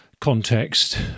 context